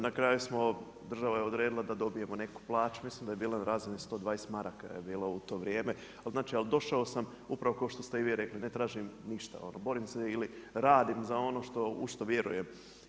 Na kraju je država odredila da dobijemo neku plaću, mislim da je bila na razini 120 maraka je bilo u to vrijeme, ali znači došao sam upravo ko što ste i vi rekli ne tražim ništa, borim se ili radim za ono u što vjerujem.